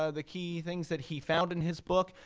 ah the key things that he found in his book.